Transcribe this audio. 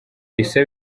issa